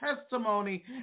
testimony